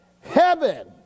heaven